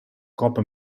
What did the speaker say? copper